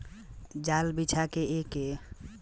जाल बिछा के एके बेरा में ज्यादे मछली धईल जा सकता